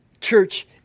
church